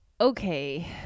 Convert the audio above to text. Okay